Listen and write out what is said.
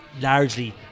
largely